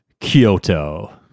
Kyoto